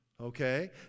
Okay